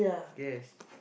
yes